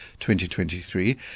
2023